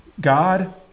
God